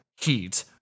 Heat